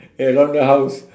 around the house